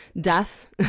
death